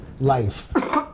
life